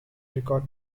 record